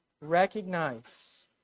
recognize